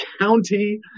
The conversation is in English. county